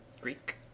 Greek